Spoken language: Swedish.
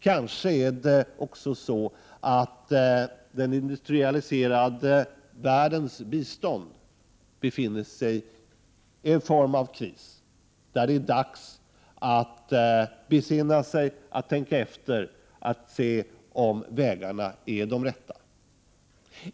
Kanske befinner sig också den industrialiserade världens bistånd i någon form av kris där det är dags att besinna sig, att tänka efter och att se om vägarna är de rätta.